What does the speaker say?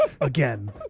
again